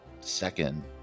second